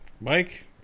Mike